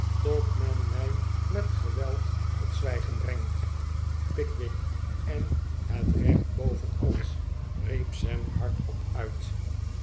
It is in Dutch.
tot men mij met geweld tot zwijgen brengt pickwick en het recht boven alles riep sam hardop uit